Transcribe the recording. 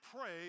pray